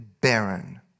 barren